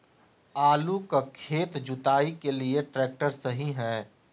आलू का खेत जुताई के लिए ट्रैक्टर सही है?